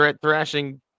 thrashing